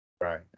Right